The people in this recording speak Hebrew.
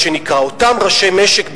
אותם ראשי משק,